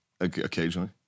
occasionally